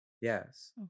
Yes